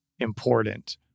Important